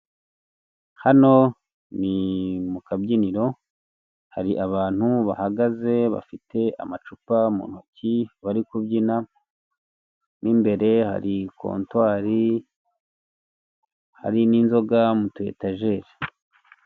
Hano ni mu kabyiniro, hari abantu bahagaze bafite amacupa mu ntoki bari kubyina, mo imbere hari kontwari, hari n'inzoga mu tuyetajeri.